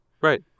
right